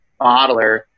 modeler